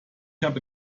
habe